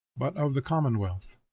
but of the common wealth.